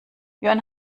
jörn